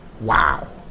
Wow